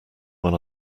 when